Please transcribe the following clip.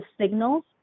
signals